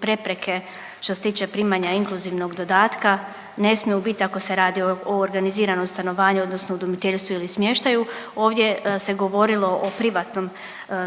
prepreke što se tiče primanja inkluzivnog dodatka ne smiju bit ako se radi o organiziranom stanovanju odnosno udomiteljstvu ili smještaju. Ovdje se govorilo o privatnom